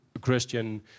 Christian